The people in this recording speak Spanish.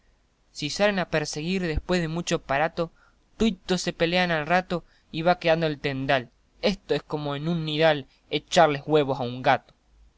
si salen a perseguir después de mucho aparato tuitos se pelan al rato y va quedando el tendal esto es como en un nidal echarle güevos a un gato